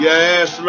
Yes